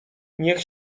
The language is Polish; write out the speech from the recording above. niech